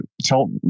tell